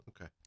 okay